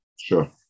Sure